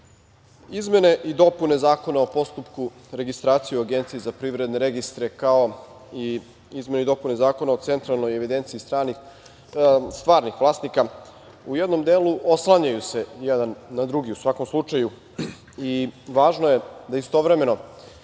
izmene i dopune Zakona o postupku registracije u Agenciji za privredne registre, kao i izmene i dopune Zakona o Centralnoj evidenciji stvarnih vlasnika u jednom delu oslanjaju se jedan na drugi i važno je da istovremeno